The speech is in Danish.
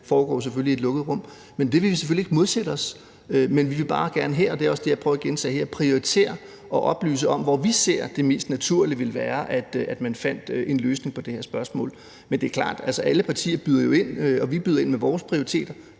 foregår jo selvfølgelig i et lukket rum. Men det vil vi selvfølgelig ikke modsætte os. Vi vil bare gerne – og det er også det, jeg prøver at gentage her – prioritere og oplyse om, hvor vi ser, at det ville være mest naturligt, at man fandt en løsning på det her spørgsmål. Men det er klart, at alle partier jo byder ind, og vi byder ind med vores prioriteter